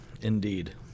indeed